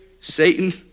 Satan